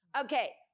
Okay